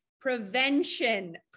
prevention